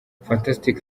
fantastic